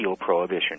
prohibition